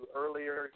earlier